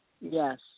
Yes